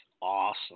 awesome